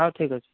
ହଉ ଠିକ୍ ଅଛି